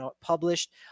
published